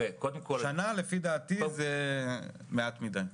לפי דעתי שנה זה מעט מדי.